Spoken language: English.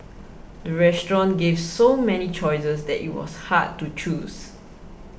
the restaurant gave so many choices that it was hard to choose